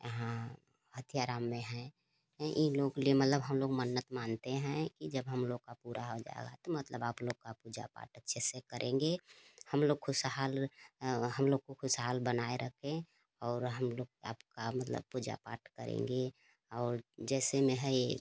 यहाँ हथियाराम में हैं इन लोगों के लिए मतलब हम लोग मन्नत मानते हैं कि जब हम लोग का पूरा हो जाएगा तो मतलब आप लोग का पूजा पाठ अच्छे से करेंगे हम लोग खुशहाल हम लोग को खुशहाल बनाए रखें और हम लोग आपका मतलब पूजा पाठ करेंगे और जैसे में है ये